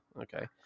okay